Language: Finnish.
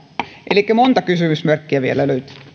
elikkä monta kysymysmerkkiä vielä